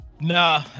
Nah